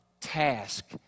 task